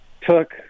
took